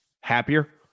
happier